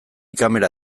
kamera